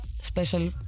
special